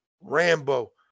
Rambo